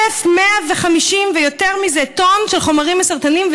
1,150 ויותר מזה טונות של חומרים מסרטנים.